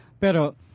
Pero